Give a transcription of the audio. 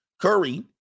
Curry